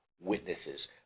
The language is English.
witnesses